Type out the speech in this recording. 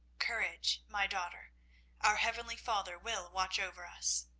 courage, my daughter our heavenly father will watch over us.